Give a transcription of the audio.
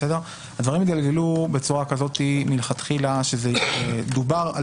הדברים התגלגלו בצורה כזאת מדובר שדובר על